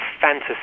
fantasy